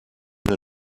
der